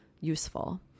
useful